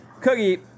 Cookie